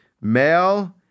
male